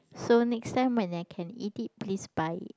so next time when I can eat it please buy it